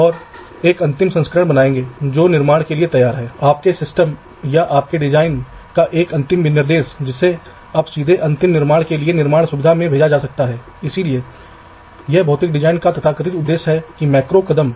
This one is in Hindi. इसलिए बुनियादी समस्या जिसकी मैंने पहले ही बात की है एक डिजाइन में लगभग सभी ब्लॉक जिसे आप वीएलएसआई चिप पर लेआउट करना चाहते हैं बिजली और जमीन कनेक्शन की आवश्यकता होगी